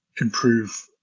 improve